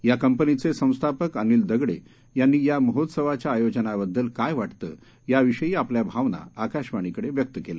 या कंपनीचे संस्थापक अनिल दगडे यांनी या महोत्सवाच्या आयोजनाबद्दल काय वाटतं याविषयी आपल्या भावना आकाशवाणीकडे व्यक्त केल्या